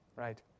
Right